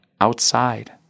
outside